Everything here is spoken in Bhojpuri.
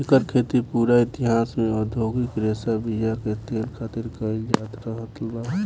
एकर खेती पूरा इतिहास में औधोगिक रेशा बीया के तेल खातिर कईल जात रहल बा